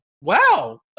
wow